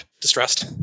distressed